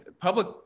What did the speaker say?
public